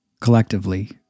Collectively